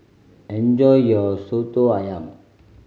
enjoy your Soto Ayam